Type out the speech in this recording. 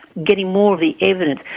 getting more of the evidence.